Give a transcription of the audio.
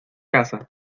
casa